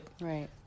Right